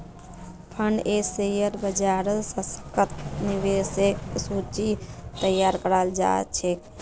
fund स share बाजारत सशक्त निवेशकेर सूची तैयार कराल जा छेक